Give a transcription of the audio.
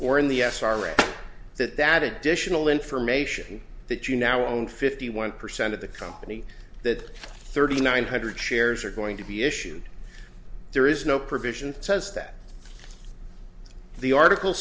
or in the s r m that that additional information that you now own fifty one percent of the company that thirty nine hundred shares are going to be issued there is no provision says that the article